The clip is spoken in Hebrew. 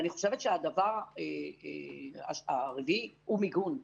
ואני חושבת שהדבר הרביעי הוא מיגון.